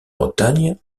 bretagne